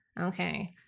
Okay